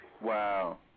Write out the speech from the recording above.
Wow